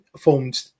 formed